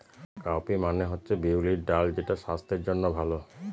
cowpea মানে হচ্ছে বিউলির ডাল যেটা স্বাস্থ্যের জন্য ভালো